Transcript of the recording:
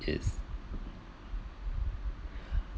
yes